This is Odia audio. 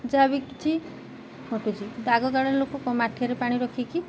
ଯାହା ବି କିଛି ଘଟୁଛି ଆଗ କାଳରେ ଲୋକ କ'ଣ ମାଠିରେ ପାଣି ରଖିକି